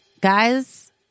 guys